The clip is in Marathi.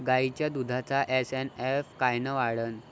गायीच्या दुधाचा एस.एन.एफ कायनं वाढन?